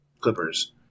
clippers